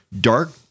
dark